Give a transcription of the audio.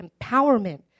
empowerment